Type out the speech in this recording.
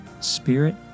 spirit